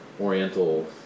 oriental